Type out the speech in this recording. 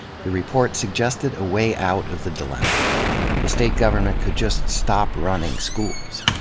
the report suggested a way out of the dilemma the state government could just stop running schools.